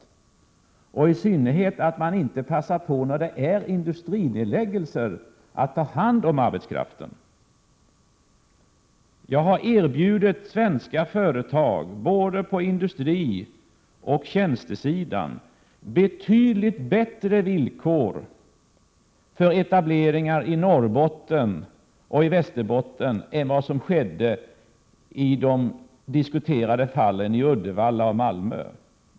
I synnerhet förstår jag inte att man inte passar på att ta hand om arbetskraften när det är industrinedläggelser. Jag har erbjudit svenska företag, både på industrioch på tjänstesidan, betydligt bättre villkor för etableringar i Norrbotten och Västerbotten än i de diskuterade fallen med Uddevalla och Malmö.